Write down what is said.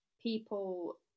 People